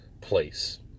place